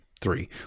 three